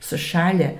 su šalį